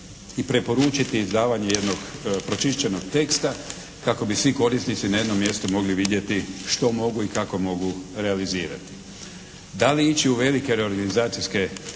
I preporučiti izdavanje jednog pročišćenog teksta kako bi svi korisnici na jednom mjestu mogli vidjeti što mogu i kako mogu realizirati. Da li ići u velike reorganizacijske korake?